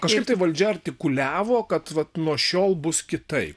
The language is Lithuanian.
kažkaip taip valdžia artikuliavo kad vat nuo šiol bus kitaip